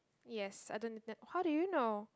yes I don't need that how do you know